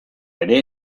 ere